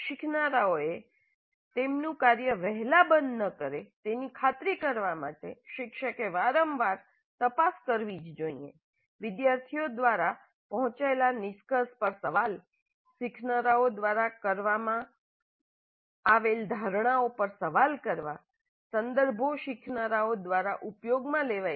શીખનારાઓ તેમનું કાર્ય વહેલા બંધ ન કરે તેની ખાતરી કરવા માટે શિક્ષકે વારંવાર તપાસ કરવી જ જોઇએ વિદ્યાર્થીઓ દ્વારા પહોંચેલા નિષ્કર્ષ પર સવાલ શીખનારાઓ દ્વારા કરવામાં ધારણાઓ પર સવાલ કરવા સંદર્ભો શીખનારાઓ દ્વારા ઉપયોગમાં લેવાય છે